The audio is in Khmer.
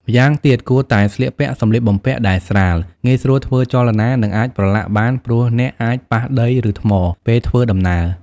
ម្យ៉ាងទៀត គួរតែស្លៀកពាក់សម្លៀកបំពាក់ដែលស្រាល ងាយស្រួលធ្វើចលនា និងអាចប្រឡាក់បានព្រោះអ្នកអាចប៉ះដី ឬថ្ម ពេលធ្វើដំណើរ។